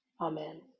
Amen